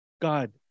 God